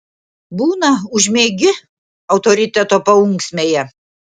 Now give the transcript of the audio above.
būna užmiegi autoriteto paunksmėje